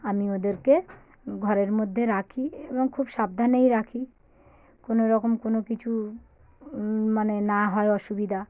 আমি ওদেরকে ঘরের মধ্যে রাখি এবং খুব সাবধানেই রাখি কোনোরকম কোনো কিছু মানে না হয় অসুবিধা